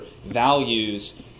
values